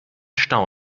stau